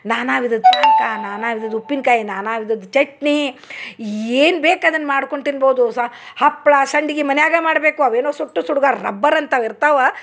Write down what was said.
ನಾನಾ ವಿಧದ ಪಾನ್ಕ ನಾನಾ ವಿಧದ ಉಪಿನ್ಕಾಯಿ ನಾನಾ ವಿಧದ ಚಟ್ನೀ ಏನು ಬೇಕು ಅದನ್ನ ಮಾಡ್ಕೊಂಡು ತಿನ್ಬೋದು ಸಾ ಹಪ್ಳ ಸಂಡ್ಗಿ ಮನ್ಯಾಗ ಮಾಡಬೇಕು ಅವೇನೋ ಸುಟ್ಟು ಸುಡುಗ ರಬ್ಬರ್ ಅಂತವ ಇರ್ತಾವ